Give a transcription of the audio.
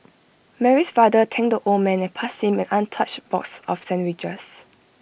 Mary's father thanked the old man and passed him an untouched box of sandwiches